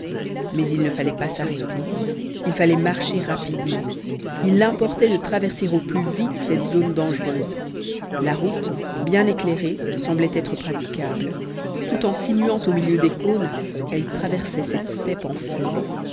mais il ne fallait pas s'arrêter il fallait marcher rapidement il importait de traverser au plus vite cette zone dangereuse la route bien éclairée semblait être praticable tout en sinuant au milieu des cônes elle traversait cette steppe en feu